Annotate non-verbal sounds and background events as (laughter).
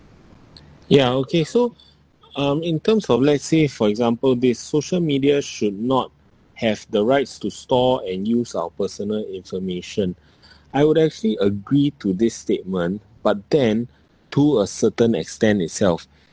ya okay so um in terms of let's say for example this social media should not have the rights to store and use our personal information (breath) I would actually agree to this statement but then to a certain extent itself